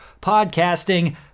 podcasting